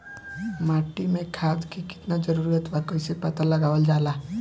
माटी मे खाद के कितना जरूरत बा कइसे पता लगावल जाला?